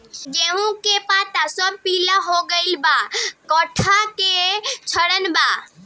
गेहूं के पता सब पीला हो गइल बा कट्ठा के लक्षण बा?